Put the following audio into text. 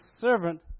servant